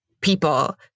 people